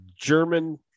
German